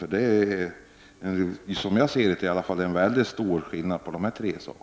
Som jag ser det är det i alla fall mycket stor skillnad på dessa tre material.